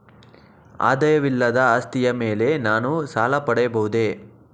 ಆದಾಯವಿಲ್ಲದ ಆಸ್ತಿಯ ಮೇಲೆ ನಾನು ಸಾಲ ಪಡೆಯಬಹುದೇ?